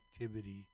activity